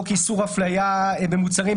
חוק איסור אפליה במוצרים,